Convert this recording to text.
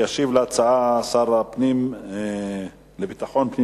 הצעות לסדר-היום מס' 3208 ומס' 3220. ישיב להצעה השר לביטחון פנים,